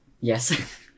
Yes